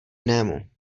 jinému